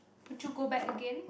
would you go back again